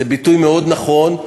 זה ביטוי נכון מאוד,